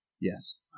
Yes